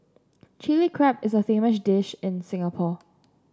Chilli Crab is a famous dish in Singapore